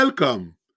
Welcome